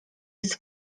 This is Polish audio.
jest